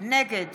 נגד